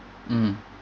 mm